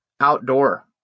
outdoor